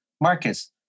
Marcus